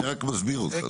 אני רק מסביר אותך.